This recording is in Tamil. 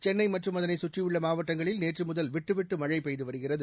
சென்னை மற்றும் அதனைச் கற்றியுள்ள மாவட்டங்களில் நேற்று முதல் விட்டுவிட்டு மழை பெய்துவருகிறது